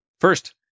first